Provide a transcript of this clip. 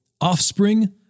offspring